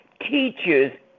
teachers